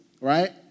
right